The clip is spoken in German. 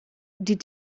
die